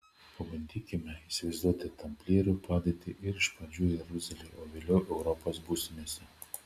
pabandykime įsivaizduoti tamplierių padėtį iš pradžių jeruzalėje o vėliau europos būstinėse